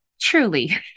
truly